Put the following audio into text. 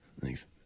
Thanks